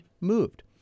moved